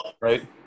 right